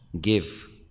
give